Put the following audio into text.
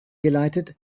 geleitet